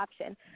option